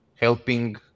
helping